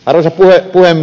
arvoisa puhemies